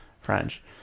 French